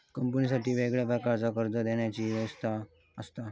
कंपनीसाठी वेगळ्या प्रकारचा कर्ज देवची व्यवस्था असा